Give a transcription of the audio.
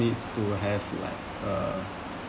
needs to have like uh